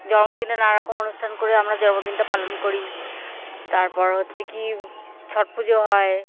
জন্মদিনে নানারকম অনুষ্ঠান করে আমরা জন্মদিনটা পালন করি তারপর হচ্ছে কী ছট পুজো হয়